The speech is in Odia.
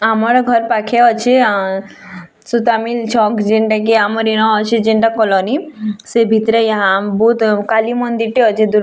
ହଁ ମୋର୍ ଘର୍ ପାଖେ ଅଛି ସୂତା ମିଲ୍ ଛକ୍ ଯେନ୍ଟା କି ଆମର୍ ଏନ ଅଛି ଯେନ୍ଟା କଲୋନି ସେ ଭିତରେ ଏହା ବହୁତ୍ କାଲି ମନ୍ଦିର୍ଟେ ଅଛେ